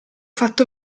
fatto